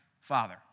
Father